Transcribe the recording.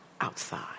Outside